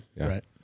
Right